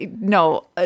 no